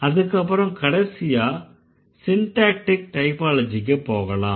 அதுக்கப்புறம் கடைசியா சிண்டேக்டிக் டைப்பாலஜிக்கு போகலாம்